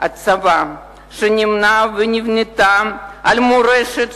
צבא שנבנה על מורשת